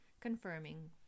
confirming